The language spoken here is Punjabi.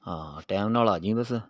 ਹਾਂ ਟਾਈਮ ਨਾਲ ਆਜੀ ਬਸ